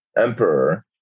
emperor